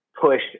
push